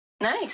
Nice